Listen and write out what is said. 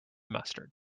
mustard